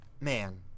man